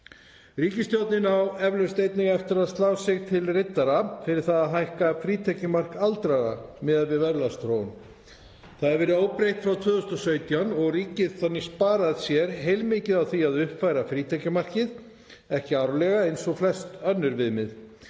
Ríkisstjórnin á eflaust einnig eftir að slá sig til riddara fyrir að hækka frítekjumark aldraðra miðað við verðlagsþróun. Það hefur verið óbreytt frá 2017 og ríkið þannig sparað sér heilmikið á því að uppfæra frítekjumarkið ekki árlega eins og flest önnur viðmið.